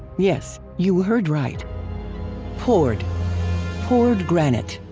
yes, you heard right poured poured granite